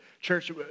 Church